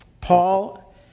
Paul